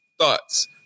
Thoughts